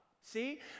See